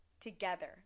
together